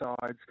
sides